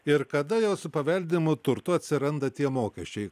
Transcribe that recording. ir kada jau su paveldimu turtu atsiranda tie mokesčiai